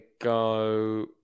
go